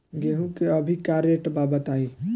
गेहूं के अभी का रेट बा बताई?